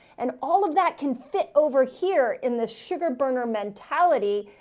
and all of that can fit over here in the sugar burner mentality.